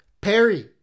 Perry